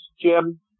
Jim